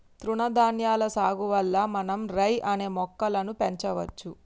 తృణధాన్యాల సాగు వల్ల మనం రై అనే మొక్కలను పెంచవచ్చు